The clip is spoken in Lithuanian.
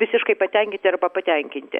visiškai patenkinti arba patenkinti